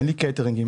אין קייטרינג,